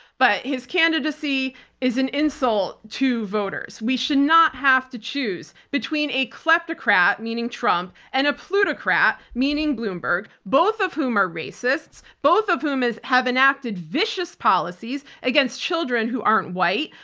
but his candidacy is an insult to voters. we should not have to choose between a kleptocrat, meaning trump, and a plutocrat, meaning bloomberg. both of whom are racists. both of whom have enacted vicious policies against children who aren't white.